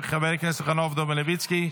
חבר כנסת חנוך דב מלביציקי,